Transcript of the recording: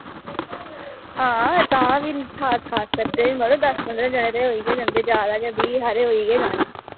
आं हां ता फ्ही खास खास सद्धे होई गै जंदे बीह् हारे होई